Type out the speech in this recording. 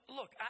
Look